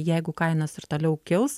jeigu kainos ir toliau kils